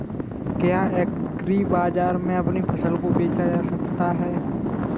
क्या एग्रीबाजार में अपनी फसल को बेचा जा सकता है?